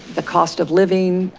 the cost of living,